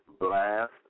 Blast